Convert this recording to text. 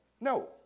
no